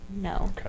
no